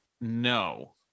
No